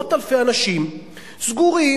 מאות אלפי אנשים סגורים,